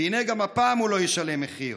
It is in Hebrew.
והינה, גם הפעם הוא לא ישלם מחיר,